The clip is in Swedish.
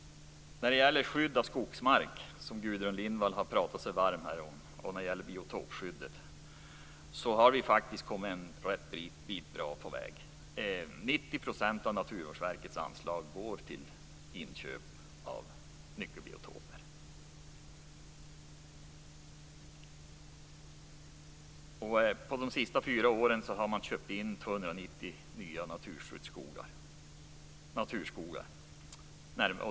När det gäller skydd av skogsmark, som Gudrun Lindvall har talat sig varm för, och biotopskyddet har vi faktiskt kommit en rätt bra bit på väg. 90 % av Naturvårdsverkets anslag går till inköp av nyckelbiotoper. Under de senaste fyra åren har man köpt in 290 nya naturskogar.